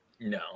No